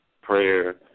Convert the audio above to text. prayer